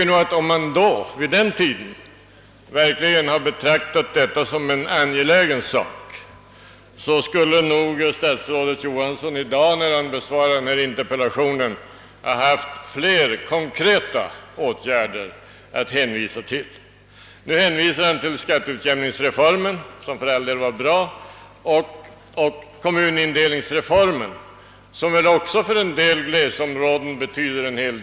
Om man vid den tidpunkten verkligen betraktat detta som en angelägen sak, skulle nog statsrådet Johansson i dag när han besvarade denna interpellation ha haft flera konkreta åtgärder att hänvisa till. Nu hänvisade han till skatteutjämningsreformen, som för all del var bra, och till kommunindelningsreformen, som väl också för en del glesbygdsområden betyder en del.